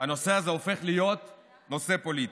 הנושא הזה הופך להיות נושא פוליטי.